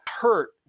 hurt